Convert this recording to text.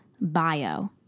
bio